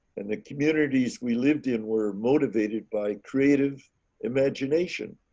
and the communities we lived in were motivated by creative imagination.